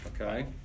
Okay